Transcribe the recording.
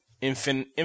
Infinite